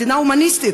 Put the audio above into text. מדינה הומניסטית,